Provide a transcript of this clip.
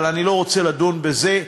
אבל אני לא רוצה לדון בזה.